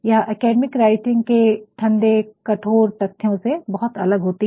यह academic writing के ठंडे कठोर तथ्यों से बहुत अलग होती है